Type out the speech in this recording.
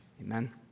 Amen